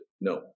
no